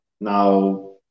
now